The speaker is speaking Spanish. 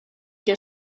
que